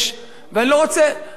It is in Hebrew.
ואני לא רוצה להגיד,